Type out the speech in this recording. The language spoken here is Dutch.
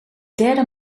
derde